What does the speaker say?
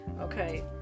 okay